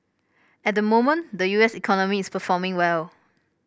at the moment the U S economy is performing well